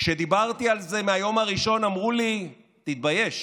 כשדיברתי על זה, מהיום הראשון אמרו לי: תתבייש,